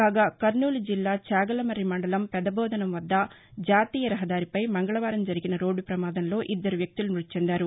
కాగా కర్నూలు జిల్లా చాగలమర్రి మండలం పెద్ద బోధనం వద్ద జాతీయ రహదారిపై మంగళవారం జరిగిన రోడ్ట పమాదంలో ఇద్దరు వ్యక్తులు మృతిచెందారు